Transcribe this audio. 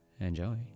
Enjoy